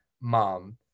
mom